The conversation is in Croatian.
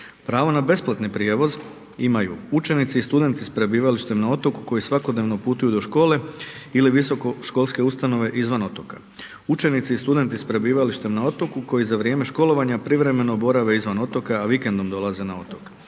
Pravo na besplatni prijevoz imaju učenici i studenti sa prebivalištem na otoku koji svakodnevno putuju do škole ili visokoškolske ustanove izvan otoka. Učenici i studenti s prebivalištem na otoku koji za vrijeme školovanja privremeno borave izvan otoka a vikendom dolaze na otok.